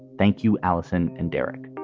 thank you, alison and derek.